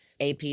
AP